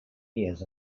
years